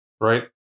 Right